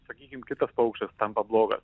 sakykim kitas paukštis tampa blogas